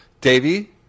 Davey